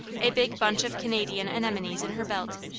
a big bunch of canadian anemones in her belt,